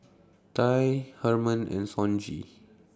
Tye Herman and Sonji